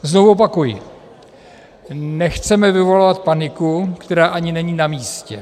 Znovu opakuji, nechceme vyvolávat paniku, která ani není namístě.